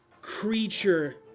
creature